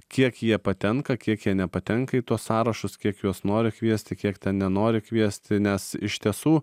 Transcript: kiek jie patenka kiek jie nepatenka į tuos sąrašus kiek juos nori kviesti kiek ten nenori kviesti nes iš tiesų